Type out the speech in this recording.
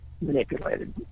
manipulated